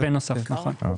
זה בנוסף, נכון.